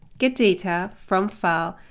get data, from file,